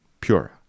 pura